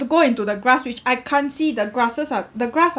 to go into the grass which I can't see the grasses are the grass are